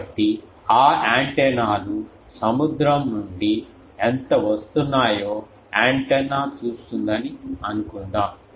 కాబట్టి ఆ యాంటెనాలు సముద్రం నుండి ఎంత వస్తున్నాయో యాంటెన్నా చూస్తుందని అనుకుందాం